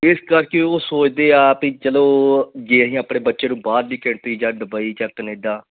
ਇਸ ਕਰਕੇ ਉਹ ਸੋਚਦੇ ਹਾਂ ਵੀ ਚਲੋ ਜੇ ਅਸੀਂ ਆਪਣੇ ਬੱਚੇ ਨੂੰ ਬਾਹਰ ਦੀ ਕੰਟਰੀ ਜਾਂ ਦੁਬਈ ਜਾਂ ਕੈਨੇਡਾ